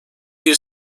bir